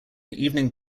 evening